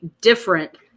different